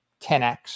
10x